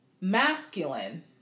masculine